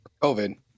COVID